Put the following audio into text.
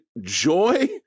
joy